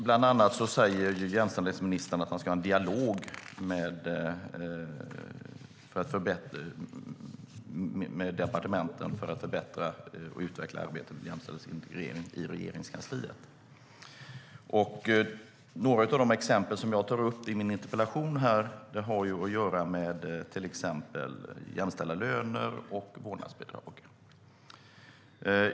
Bland annat säger jämställdhetsministern att det ska vara en dialog med departementen för att förbättra och utveckla arbetet med jämställdhetsintegrering i Regeringskansliet. Några av de exempel som jag tar upp i min interpellation gäller jämställda löner och vårdnadsbidrag.